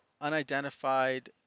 unidentified